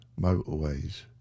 motorways